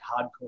hardcore